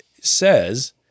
says